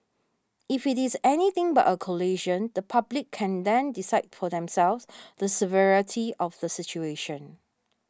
if it is anything but a collision the public can then decide for themselves the severity of the situation